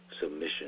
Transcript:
submission